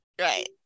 Right